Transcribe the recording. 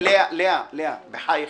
לאה, בחייכם,